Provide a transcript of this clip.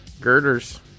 girders